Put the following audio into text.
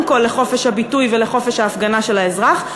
כול לחופש הביטוי ולחופש ההפגנה של האזרח,